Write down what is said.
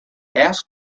asked